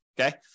okay